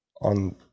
on